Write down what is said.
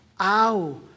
ow